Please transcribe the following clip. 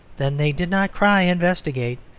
then they did not cry investigate!